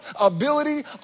ability